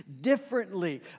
differently